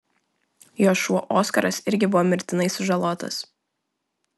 jo šuo oskaras irgi buvo mirtinai sužalotas